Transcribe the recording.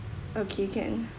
okay can